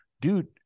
dude